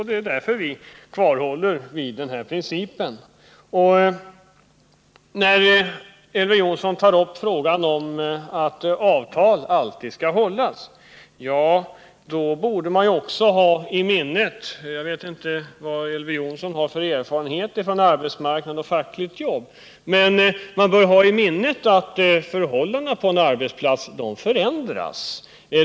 Det är därför som vi håller fast vid den princip det här gäller. Elver Jonsson säger att avtal alltid skall hållas. Jag vet inte vad Elver Jonsson har för erfarenhet från arbetsmarknad och fackligt jobb, men man bör hålla i minnet att förhållandena på en arbetsplats förändras.